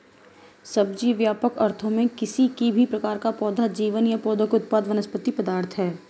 सब्जी, व्यापक अर्थों में, किसी भी प्रकार का पौधा जीवन या पौधे उत्पाद वनस्पति पदार्थ है